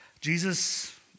Jesus